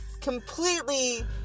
completely